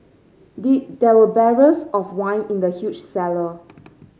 there were barrels of wine in the huge cellar